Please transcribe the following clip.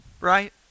Right